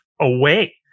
away